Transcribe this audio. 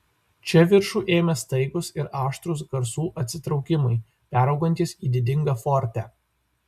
čia viršų ėmė staigūs ir aštrūs garsų atsitraukimai peraugantys į didingą forte